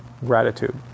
gratitude